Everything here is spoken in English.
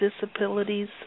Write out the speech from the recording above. disabilities